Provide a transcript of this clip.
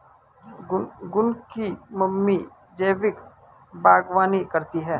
गुनगुन की मम्मी जैविक बागवानी करती है